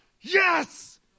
yes